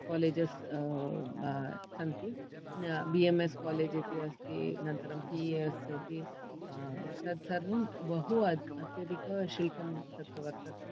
कालेजस् सन्ति B M S college इति अस्ति पि ई एस् इति तत्सर्वम् बहु अत्यधिकशुल्कं तत्र वर्तते